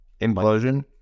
Implosion